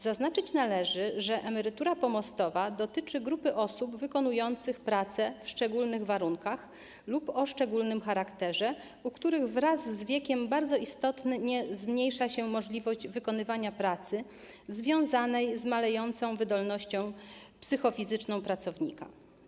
Zaznaczyć należy, że emerytura pomostowa dotyczy grupy osób wykonujących prace w szczególnych warunkach lub o szczególnym charakterze, u których wraz z wiekiem bardzo istotnie zmniejsza się możliwość wykonywania pracy związanej z malejącą wydolnością psychofizyczną pracownika.